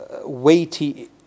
weighty